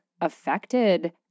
affected